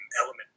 element